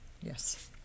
Yes